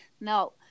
No